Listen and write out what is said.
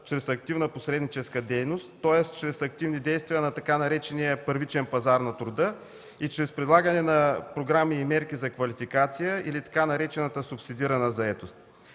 чрез активна посредническа дейност, тоест чрез активни действия на така наречения „първичен пазар на труда“ и чрез предлагане на програми и мерки за квалификация или така наречената „субсидирана заетост“.